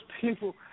people